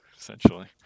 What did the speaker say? essentially